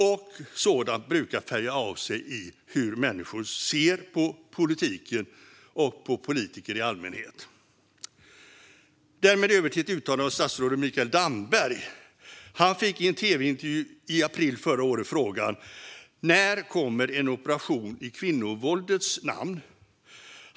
Och sådant brukar färga av sig i hur människor ser på politiken och politikerna i allmänhet. Därmed går jag över till ett uttalande av statsrådet Mikael Damberg. Han fick i en tv-intervju i april förra året frågan: "När kommer en operation i kvinnovåldets namn?"